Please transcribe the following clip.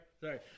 sorry